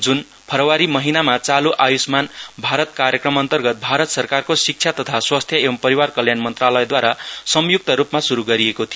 जून फरवरी महिनामा चालू आय्षमान भारत कार्यक्रम अन्तर्गत भारत सरकारको शिक्षा तथा स्वास्थ्य एवं परिवार कल्याण मन्त्रालयद्वारा संयुक्त रूपमा श्रू गरिएको थियो